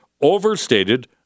overstated